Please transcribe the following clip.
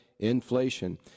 Inflation